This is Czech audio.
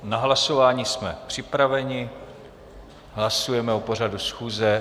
Na hlasování jsme připraveni, hlasujeme o pořadu schůze.